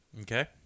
Okay